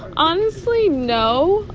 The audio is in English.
honestly, no,